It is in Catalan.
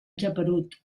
geperut